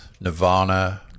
Nirvana